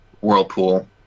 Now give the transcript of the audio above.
whirlpool